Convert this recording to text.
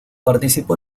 participó